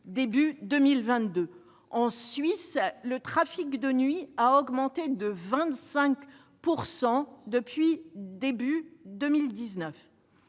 début 2022. En Suisse, le trafic de nuit a augmenté de 25 % depuis le début de